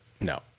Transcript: No